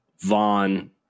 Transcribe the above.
Vaughn